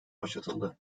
başlatıldı